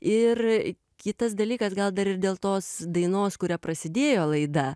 ir kitas dalykas gal dar ir dėl tos dainos kuria prasidėjo laida